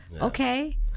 okay